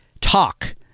talk